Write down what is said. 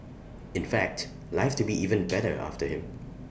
in fact life to be even better after him